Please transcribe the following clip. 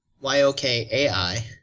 Y-O-K-A-I